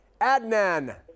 Adnan